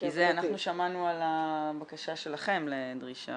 כי זה אנחנו שמענו על הבקשה שלכם לדרישה